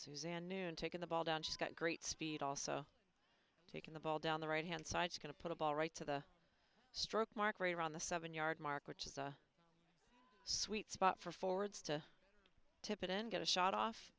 suzanne noon taken the ball down she's got great speed also taking the ball down the right hand side going to put a ball right to the struck mark raider on the seven yard mark which is a sweet spot for forwards to tip it and get a shot off